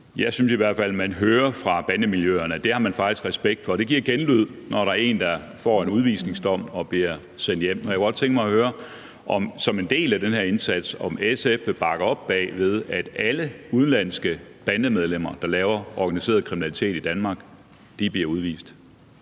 fald synes man hører fra bandemiljøerne, man har respekt for, og det giver genlyd, når der er en, der får en udvisningsdom og bliver sendt hjem. Så jeg kunne godt tænke mig at høre som en del af den her indsats, om SF vil bakke op om, at alle udenlandske bandemedlemmer, der begår organiseret kriminalitet i Danmark, bliver udvist.